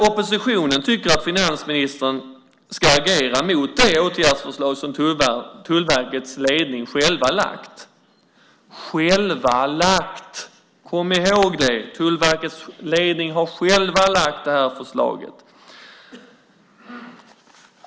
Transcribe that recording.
Oppositionen tycker att finansministern ska agera mot det åtgärdsförslag som Tullverkets ledning själv har lagt fram. Kom ihåg att Tullverkets ledning själv har lagt fram det här förslaget!